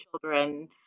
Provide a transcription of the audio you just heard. children